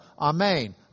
amen